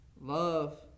Love